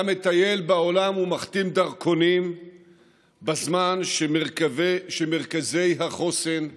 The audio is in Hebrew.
אתה מטייל בעולם ומחתים דרכונים בזמן שמרכזי החוסן קורסים,